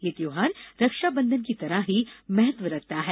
यह त्यौहार रक्षाबंधन की तरह ही महत्व रखता है